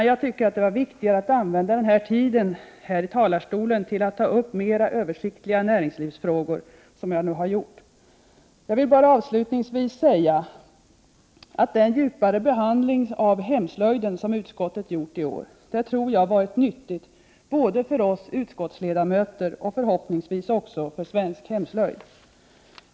Jag tycker att det är viktigare att tala om de mera översiktliga näringslivsfrågor som jag här har berört. Avslutningsvis vill jag bara säga att jag tror att den djupare behandling av hemslöjden som utskottet har gjort i år varit nyttig både för oss utskottsledamöter och, förhoppningsvis, för svensk hemslöjd.